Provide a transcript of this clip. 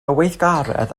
weithgaredd